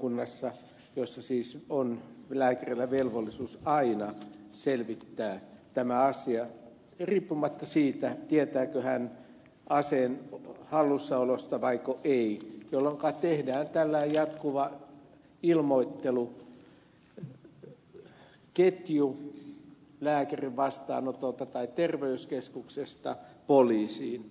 pykälää jossa siis on lääkärillä velvollisuus aina selvittää tämä asia riippumatta siitä tietääkö hän aseen hallussaolosta vaiko ei jolloinka tehdään tällainen jatkuva ilmoitteluketju lääkärin vastaanotolta tai terveyskeskuksesta poliisiin